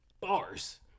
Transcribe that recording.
Bars